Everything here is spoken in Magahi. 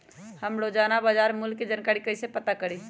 हम रोजाना बाजार मूल्य के जानकारी कईसे पता करी?